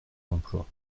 d’emplois